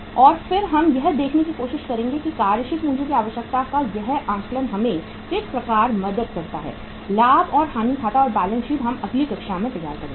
और फिर हम यह देखने की कोशिश करेंगे कि कार्यशील पूंजी की आवश्यकता का यह आकलन हमें किस प्रकार मदद करता है लाभ और हानि खाता और बैलेंस शीट हम अगली कक्षा में तैयार करेंगे